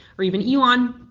or even you elon.